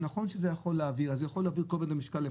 זה יכול להעביר את כובד המשקל,